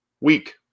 weak